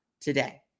today